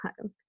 time